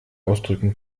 ausdrücken